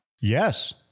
Yes